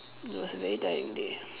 it was a very tiring day